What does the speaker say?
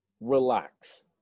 Relax